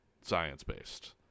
science-based